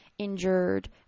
injured